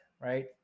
right